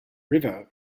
river